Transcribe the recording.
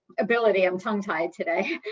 ability. i'm tongue tied today,